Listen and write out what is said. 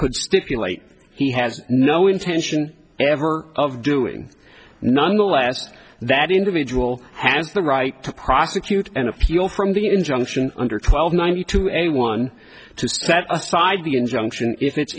could stipulate he has no intention ever of doing nonetheless that individual has the right to prosecute and appeal from the injunction under twelve ninety to anyone to set aside the injunction if it's